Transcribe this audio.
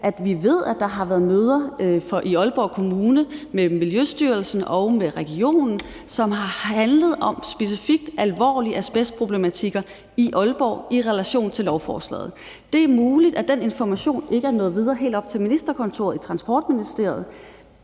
at vi ved, at der har været møder i Aalborg Kommune med Miljøstyrelsen og regionen, som specifikt har handlet om alvorlige asbestproblematikker i Aalborg i relation til lovforslaget. Det er muligt, at den information ikke er nået videre helt op til ministerkontoret i Transportministeriet.